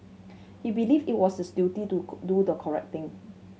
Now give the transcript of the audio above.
he believed it was his duty to do the correct thing